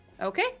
okay